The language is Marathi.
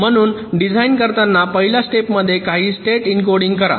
म्हणून डिझाइन करताना पहिल्या स्टेपमध्ये काही स्टेट एन्कोडिंग करा